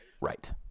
Right